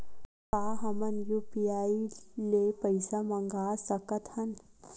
का हमन ह यू.पी.आई ले पईसा मंगा सकत हन?